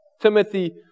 Timothy